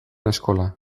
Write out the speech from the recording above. eskola